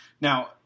Now